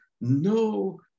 no